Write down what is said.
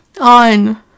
on